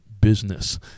business